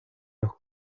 los